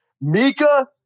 Mika